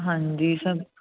ਹਾਂਜੀ ਸਭ